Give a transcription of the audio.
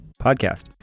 podcast